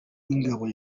y’ingabo